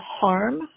harm